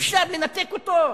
אי-אפשר לנתק אותו,